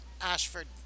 ashford